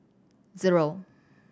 zero